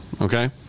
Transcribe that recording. okay